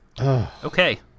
Okay